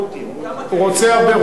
כמה כאלה, הוא רוצה הרבה "רותיות".